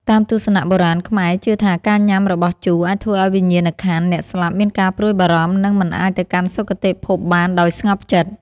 តាមទស្សនៈបុរាណខ្មែរជឿថាការញ៉ាំរបស់ជូរអាចធ្វើឱ្យវិញ្ញាណក្ខន្ធអ្នកស្លាប់មានការព្រួយបារម្ភ និង មិនអាចទៅកាន់សុគតិភពបានដោយស្ងប់ចិត្ត។